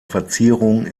verzierung